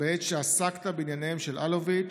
בעת שעסקת בענייניהם של אלוביץ'